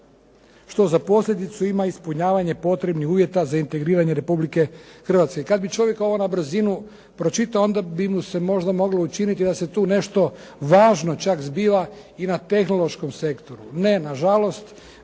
što za posljedicu ima ispunjavanje potrebnih uvjeta za integriranje Republike Hrvatske.". Kad bi čovjek ovo na brzinu pročitao onda bi mu se možda moglo učiniti da se tu nešto važno čak zbiva i na tehnološkom sektoru. Ne nažalost,